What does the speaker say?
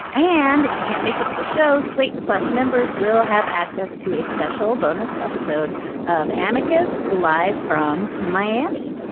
and if you can't make it to the show slate plus members will have access to a special bonus episode of amicus. live from miami.